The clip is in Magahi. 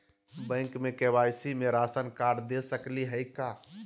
बैंक में के.वाई.सी में राशन कार्ड दे सकली हई का?